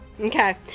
okay